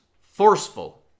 forceful